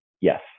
yes